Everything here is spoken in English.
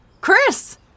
Chris